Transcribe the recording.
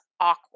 awkward